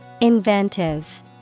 Inventive